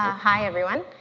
ah hi everyone.